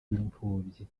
b’imfubyi